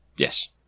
Yes